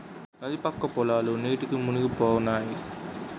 నది పక్క పొలాలు నీటికి మునిగిపోనాయి